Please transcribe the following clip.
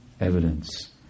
evidence